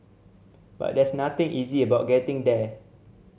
but there's nothing easy about getting there